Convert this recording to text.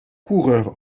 coureurs